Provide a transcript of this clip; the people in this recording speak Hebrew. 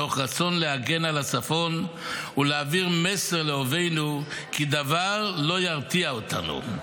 מתוך רצון להגן על הצפון ולהעביר מסר לאויבינו כי דבר לא ירתיע אותנו.